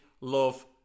Love